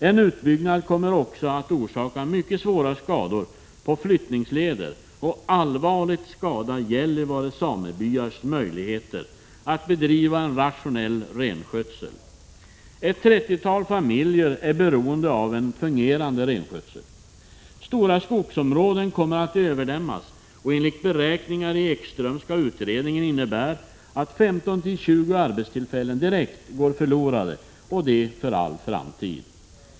En utbyggnad kommer också att orsaka mycket stora skador på flyttningsleder och allvarligt skada Gällivare samebyars möjligheter att bedriva en rationell renskötsel. Ett 30-tal familjer är beroende av en fungerande renskötsel. Stora skogsområden kommer att överdämmas och enligt beräkningar i Ekströmska utredningen medföra att 15-20 arbetstillfällen direkt går förlorade, och det för all framtid.